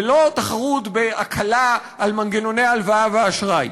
ולא תחרות בהקלה על מנגנוני הלוואה ואשראי.